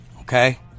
Okay